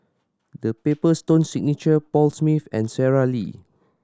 The Paper Stone Signature Paul Smith and Sara Lee